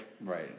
Right